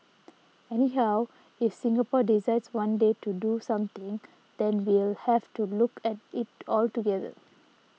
anyhow if Singapore decides one day to do something then we'll have to look at it altogether